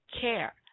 care